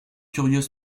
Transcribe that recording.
curieux